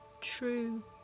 true